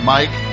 Mike